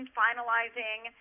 finalizing